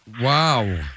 Wow